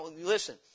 listen